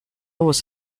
was